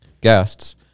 guests